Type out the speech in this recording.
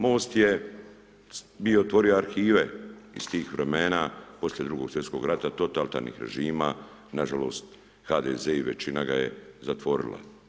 MOST je bio otvorio arhive iz tih vremena poslije drugog svjetskog rata totalitarnih režima, nažalost HDZ i većina ga je zatvorila.